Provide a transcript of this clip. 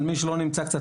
מי שלא נמצא קצת,